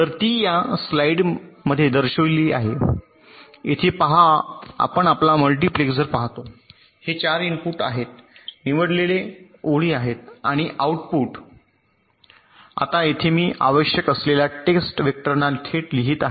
तर ती या स्लाइड मध्ये दर्शविली आहे येथे पहा आपण आपला मल्टिप्लेसर पाहतो हे 4 इनपुट आहेत निवडलेले ओळी आहेत आणि आउटपुट आता येथे मी आवश्यक असलेल्या टेस्ट वेक्टरना थेट लिहित आहे